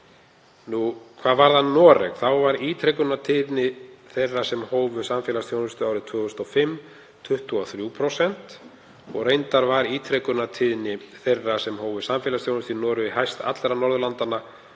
ára. Hvað varðar Noreg var ítrekunartíðni þeirra sem hófu samfélagsþjónustu árið 2005 23%. Reyndar var ítrekunartíðni þeirra sem hófu samfélagsþjónustu í Noregi hæst allra Norðurlandanna